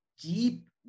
deep